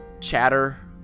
chatter